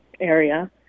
area